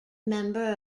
member